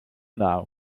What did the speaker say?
now